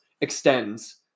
extends